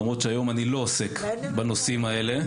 למרות שהיום אני לא עוסק בנושאים האלה.